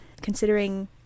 considering